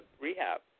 rehab